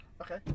Okay